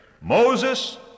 Moses